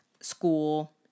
school